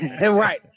right